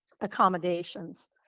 accommodations